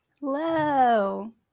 Hello